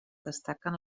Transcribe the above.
destaquen